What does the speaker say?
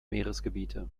meeresgebiete